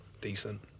Decent